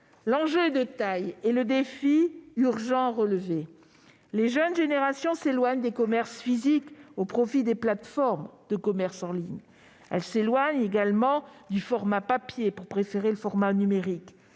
L'enjeu est de taille et le défi urgent à relever, car les jeunes générations s'éloignent des commerces physiques au profit des plateformes de commerce en ligne. Elles s'éloignent également du format papier pour préférer le format numérique